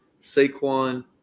saquon